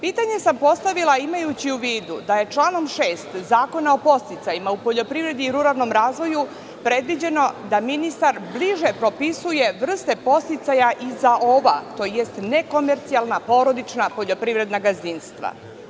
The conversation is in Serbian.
Pitanje sam postavila imajući u vidu da je članom 6. Zakona o podsticajima u poljoprivredi i ruralnom razvoju predviđeno da ministar bliže propisuje vrste podsticaja i za ova, tj. nekomercijalna porodična poljoprivredna gazdinstva.